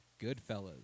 Goodfellas